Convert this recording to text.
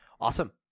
Awesome